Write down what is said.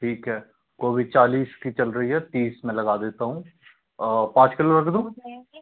ठीक है गोबी चालीस की चल रही है तीस कि लगा देता हूँ पाँच किलो रख दूँ